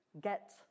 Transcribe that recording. get